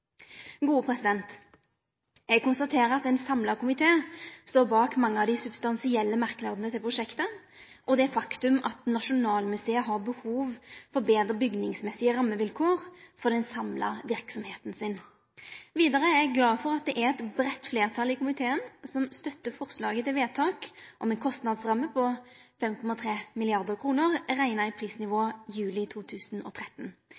Eg konstaterer at ein samla komité står bak mange av dei substansielle merknadene til prosjektet og det faktum at Nasjonalmuseet har behov for betre bygningsmessige rammevilkår for den samla verksemda si. Vidare er eg glad for at det er eit breitt fleirtal i komiteen som støttar forslaget til vedtak om ei kostnadsramme på 5,3 mrd. kr rekna i